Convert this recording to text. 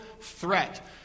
threat